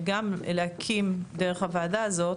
להקים דרך הוועדה הזאת,